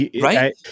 Right